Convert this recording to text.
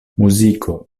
muziko